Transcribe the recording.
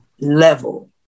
level